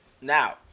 Now